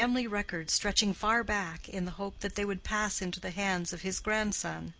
family records stretching far back, in the hope that they would pass into the hands of his grandson.